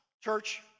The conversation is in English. church